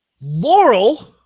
laurel